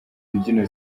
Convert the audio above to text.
mbyino